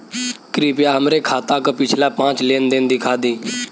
कृपया हमरे खाता क पिछला पांच लेन देन दिखा दी